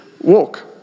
walk